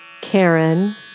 Karen